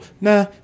Nah